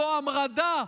זו המרדה",